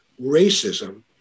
racism